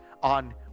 on